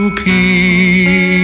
peace